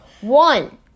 One